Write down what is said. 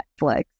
Netflix